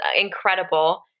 incredible